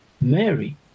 Mary